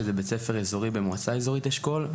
שזה בית ספר אזורי במועצה האזורית אשכול.